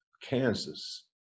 Kansas